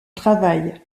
travail